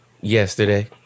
yesterday